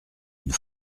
une